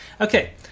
okay